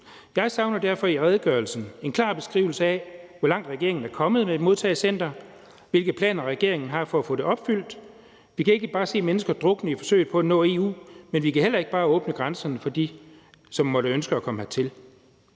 Jeg savner derfor i redegørelsen en klar beskrivelse af, hvor langt regeringen er kommet med et modtagecenter, og hvilke planer regeringen har for at få det opfyldt. Vi kan ikke bare se mennesker drukne i forsøget på at nå EU, men vi kan heller ikke bare åbne grænserne for dem, som måtte ønske at komme hertil,